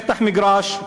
שטח מגרש,